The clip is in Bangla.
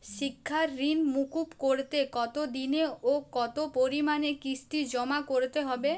শিক্ষার ঋণ মুকুব করতে কতোদিনে ও কতো পরিমাণে কিস্তি জমা করতে হবে?